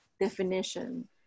definition